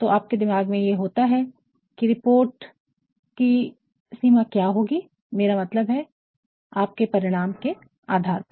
तो आपके दिमाग में ये होता है कि इस रिपोर्ट कि सीमा क्या होगी मेरा मतलब है आपके परिणाम के आधार पर